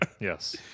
Yes